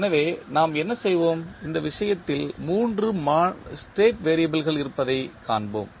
எனவே நாம் என்ன செய்வோம் இந்த விஷயத்தில் 3 மாநில வெறியபிள்கள் இருப்பதைக் காண்போம்